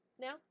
now